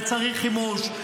וצריך חימוש,